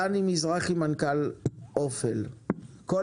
דני מזרחי, מנכ"ל אופל, בבקשה.